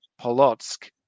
Polotsk